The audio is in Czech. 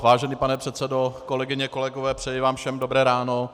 Vážený pane předsedo, kolegyně a kolegové, přeji vám všem dobré ráno.